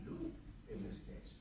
do in this case